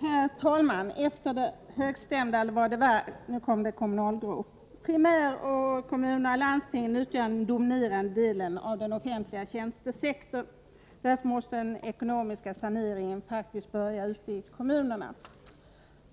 Herr talman! Efter dem som deltagit under den högstämda inledningen kommer nu de ”grå” företrädarna för kommunalgruppen. Primärkommuner och landsting utgör den dominerande delen av den offentliga tjänstesektorn. Därför måste den ekonomiska saneringen faktiskt börja ute i kommunerna.